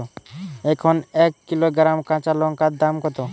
এখন এক কিলোগ্রাম কাঁচা লঙ্কার দাম কত?